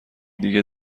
دیگه